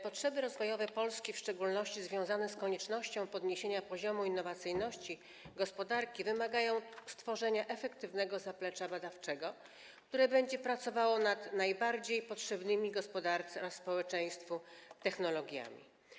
Potrzeby rozwojowe Polski, w szczególności te, które są związane z koniecznością podniesienia poziomu innowacyjności gospodarki, wymagają stworzenia efektywnego zaplecza badawczego, które będzie pracowało nad najbardziej potrzebnymi gospodarce i społeczeństwu technologiami.